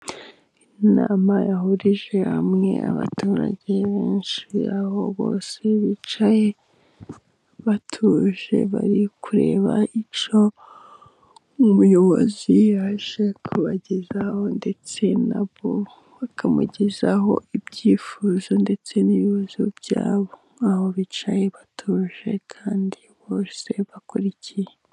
Inama yahurije hamwe abaturage benshi, aho bose bicaye batuje bari kureba icyo umuyobozi yaje kubagezaho, ndetse nabo bakamugezaho ibyifuzo, ndetse n'ibibazo byabo nkaho bicaye batuje kandi bose bakurikiye.